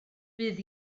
bydd